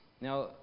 Now